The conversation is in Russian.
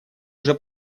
уже